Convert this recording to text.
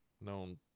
known